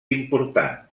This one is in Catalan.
important